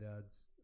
dad's